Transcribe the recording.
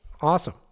Awesome